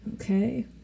Okay